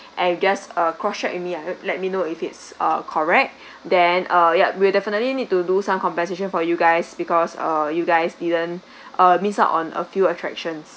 and guess uh crosscheck with me and let me know if its a correct then uh yeah we're definitely need to do some compensation for you guys because uh you guys didn't uh missed out on a few attractions